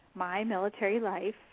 mymilitarylife